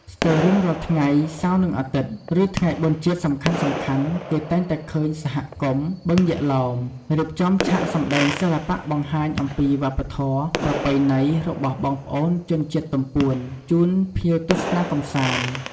ស្ទើររៀងរាល់ថ្ងៃសៅរ៍និងអាទិត្យ ឬថ្ងៃបុណ្យជាតិសំខាន់ៗគេតែងតែឃើញសហគមន៍ បឹងយក្សឡោម រៀបចំឆាកសម្តែងសិល្បៈបង្ហាញអំពី វប្បធម៌ ប្រពៃណីរបស់បងប្អូនជនជាតិទំពួន ជូនភ្ញៀវទស្សនាកម្សាន្ត។